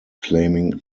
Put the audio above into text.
claiming